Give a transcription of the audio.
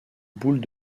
boules